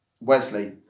Wesley